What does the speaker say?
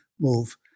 move